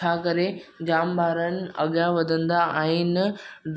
छा करे जामु ॿारनि अॻियां वधंदा आहिनि